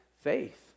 faith